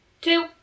two